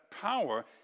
power